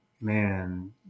man